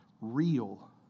Real